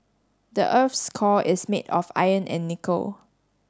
the earth's core is made of iron and nickel